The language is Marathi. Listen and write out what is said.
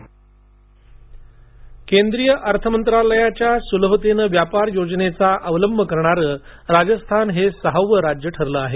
राजस्थान केंद्रीय अर्थमंत्रालयाच्या सुलभतेने व्यापार योजनेचा अवलंब करणारं राजस्थान हे सहावं राज्य ठरलं आहे